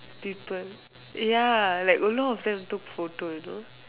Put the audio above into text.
people ya like a lot of them took photo you know